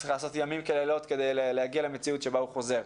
צריך לעשות לילות כימים ולהגיע למציאות שבה הוא חוזר.